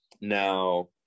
Now